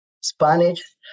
Spanish